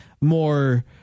more